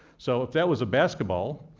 so if that was a basketball,